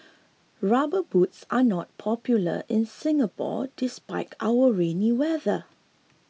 rubber boots are not popular in Singapore despite our rainy weather